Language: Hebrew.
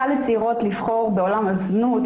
קל לצעירות לבחור בעולם הזנות,